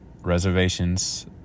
reservations